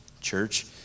church